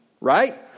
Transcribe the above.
Right